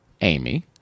Amy